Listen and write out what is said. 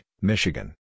Michigan